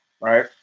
right